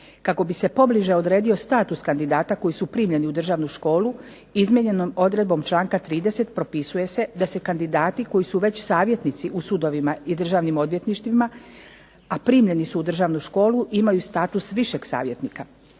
Kako bi se pobliže odredio status kandidata koji su primljeni u državnu školu izmijenjenom odredbom članka 30. propisuje se da se kandidati koji su već savjetnici u sudovima i državnim odvjetništvima, a primljeni su u državnu školu imaju status višeg savjetnika.